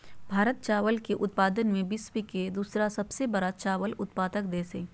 भारत चावल के उत्पादन में विश्व के दूसरा सबसे बड़ा चावल उत्पादक देश हइ